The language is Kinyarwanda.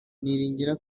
niringira